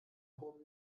hohem